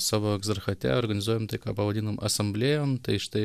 savo egzarchate organizuojam tai ką pavadinom asamblėjom tai štai